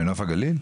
מנוף הגליל?